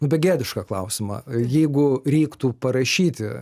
nu begėdišką klausimą jeigu reiktų parašyti